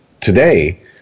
today